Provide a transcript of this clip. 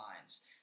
lines